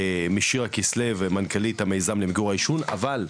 משירה כסלו, מנכ"לית המיזם למיגור העישון, אבל,